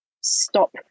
stop